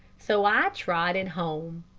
so i trotted home.